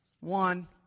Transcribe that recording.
One